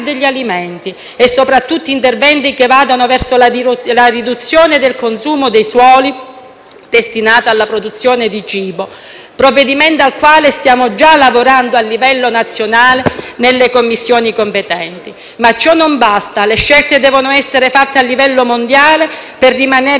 destinati alla produzione di cibo, provvedimento al quale stiamo già lavorando a livello nazionale nelle Commissioni competenti. Ma ciò non basta: le scelte devono essere fatte a livello mondiale per rimanere al di sotto della soglia di 1,5 gradi centigradi di aumento della temperatura.